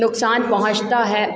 नुकसान पहुँचता है